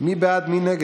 באנו